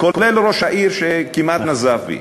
כולל ראש העיר, שכמעט נזף בי.